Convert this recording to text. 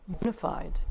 unified